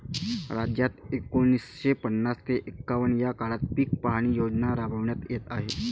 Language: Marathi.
राज्यात एकोणीसशे पन्नास ते एकवन्न या काळात पीक पाहणी योजना राबविण्यात येत आहे